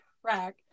track